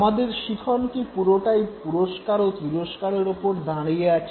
আমাদের শিখন কি পুরোটাই পুরস্কার ও তিরস্কারের ওপর দাঁড়িয়ে আছে